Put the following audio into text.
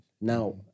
now